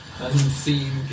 Unseen